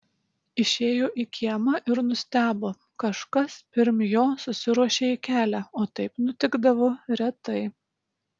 išėjo į kiemą ir nustebo kažkas pirm jo susiruošė į kelią o taip nutikdavo retai